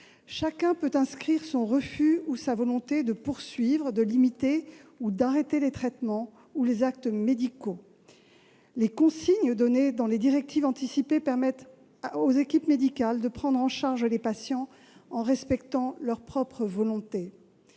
Chacun peut inscrire son refus ou sa volonté de poursuivre, de limiter ou d'arrêter les traitements ou les actes médicaux. Les consignes données dans les directives anticipées permettent aux équipes médicales de prendre en charge les patients en respectant leur propre volonté.